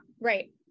right